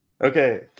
okay